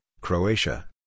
Croatia